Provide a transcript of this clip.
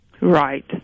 Right